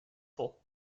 full